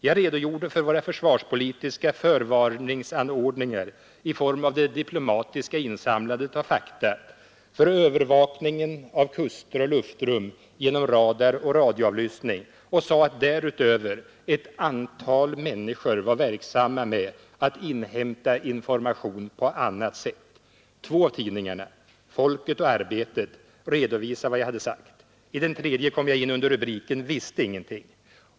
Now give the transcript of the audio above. Jag redogjorde för våra försvarspolitiska förvarningsanordningar i form av det diplomatiska insamlandet av fakta, för övervakningen av kuster och luftrum genom radar och radioavlyssning och sade att därutöver ”ett antal människor” var verksamma med att inhämta information på annat sätt. Två av tidningarna, Folket och Arbetet, redovisade vad jag hade sagt. I den tredje kom jag in under rubriken ”visste ingenting”.